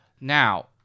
Now